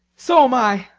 so am i.